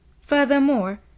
Furthermore